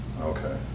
Okay